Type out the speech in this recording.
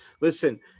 Listen